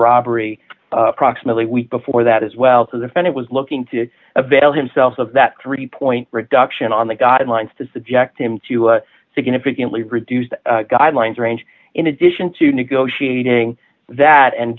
robbery approximately a week before that as well to defend it was looking to avail himself of that three point reduction on the guidelines to subject him to a significantly reduced guidelines range in addition to negotiating that and